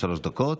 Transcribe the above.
שלוש דקות.